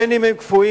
בין אם הם קפואים.